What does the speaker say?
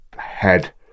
head